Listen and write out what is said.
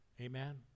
Amen